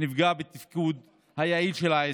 נפגע בתפקוד היעיל של העסק,